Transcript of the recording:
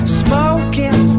smoking